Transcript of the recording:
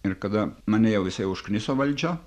ir kada mane jau visai užkniso valdžia